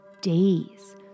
days